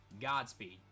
Godspeed